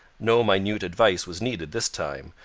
no minute advice was needed this time,